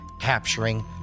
capturing